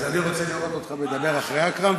אז אני רוצה לראות אותך מדבר אחרי אכרם,